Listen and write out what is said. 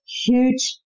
huge